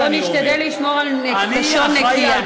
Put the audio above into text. בוא נשתדל לשמור על לשון נקייה.